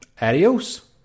Adios